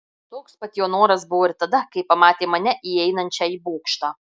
toks pat jo noras buvo ir tada kai pamatė mane įeinančią į bokštą